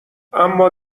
اما